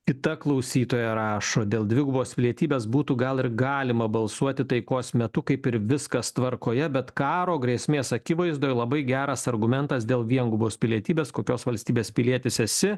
kita klausytoja rašo dėl dvigubos pilietybės būtų gal ir galima balsuoti taikos metu kaip ir viskas tvarkoje bet karo grėsmės akivaizdoj labai geras argumentas dėl viengubos pilietybės kokios valstybės pilietis esi